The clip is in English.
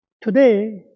Today